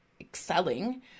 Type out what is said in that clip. excelling